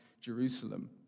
Jerusalem